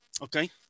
Okay